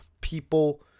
people